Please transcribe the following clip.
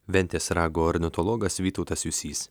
ventės rago ornitologas vytautas jusys